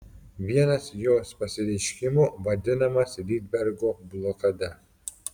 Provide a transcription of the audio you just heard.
vienas jos pasireiškimų vadinamas rydbergo blokada